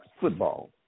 football